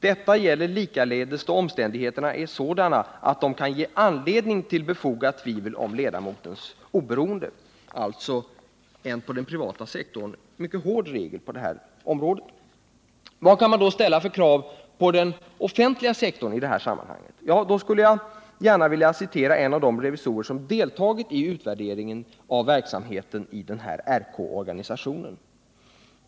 Detta gäller likaledes då omständigheterna är sådana att det kan ge anledning till befogat tvivel om ledamotens oberoende.” På den privata sektorn finns det alltså en mycket hård regel på det här området. Vad kan man då ställa för krav på den offentliga sektorn i detta sammanhang? Jag skulle gärna vilja citera en av de revisorer som har deltagit i utvärderingen av verksamheten i den här RK-organisationen.